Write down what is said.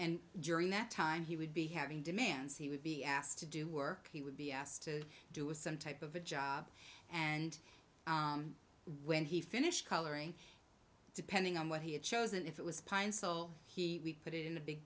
and during that time he would be having demands he would be asked to do work he would be asked to do is some type of a job and when he finished coloring depending on what he had chosen if it was pine so he put it in a big